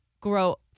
grow